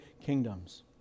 kingdoms